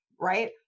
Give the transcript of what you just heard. right